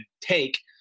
take